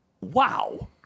Wow